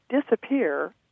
disappear